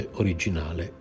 originale